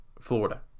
Florida